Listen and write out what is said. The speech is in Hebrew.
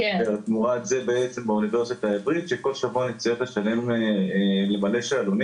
ותמורת זה באוניברסיטה העברית כל שבוע נצטרך למלא שאלונים.